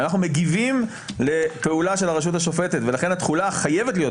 אנחנו מגיבים לפעולה של הרשות השופטת,